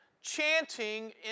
chanting